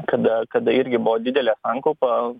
kada kada irgi buvo didelė sankaupa